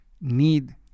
need